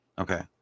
Okay